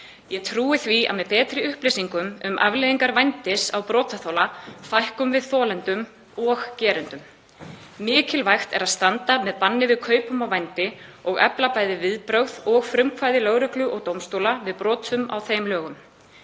Ég trúi því að með betri upplýsingum um afleiðingar vændis á brotaþola fækkum við þolendum og gerendum. Mikilvægt er að standa með banni við kaupum á vændi og efla bæði viðbrögð og frumkvæði lögreglu og dómstóla við brotum á þeim lögum.